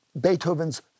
Beethoven's